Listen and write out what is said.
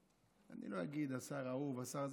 אני לא אגיד השר ההוא והשר הזה,